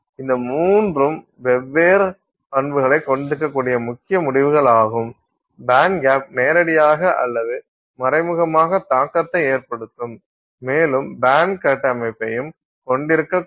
இந்த மூன்றும் வெவ்வேறு பண்புகளை கொண்டிருக்கக்கூடிய முக்கிய முடிவுகளாகும் பேண்ட்கேப் நேரடியாக அல்லது மறைமுகமாக தாக்கத்தை ஏற்படுத்தும் மேலும் பேண்ட் கட்டமைப்பையும் கொண்டிருக்கக்கூடும்